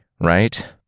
right